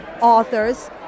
authors